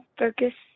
focus